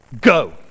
go